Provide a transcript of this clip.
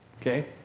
okay